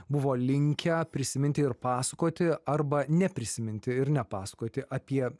buvo linkę prisiminti ir pasakoti arba neprisiminti ir nepasakoti apie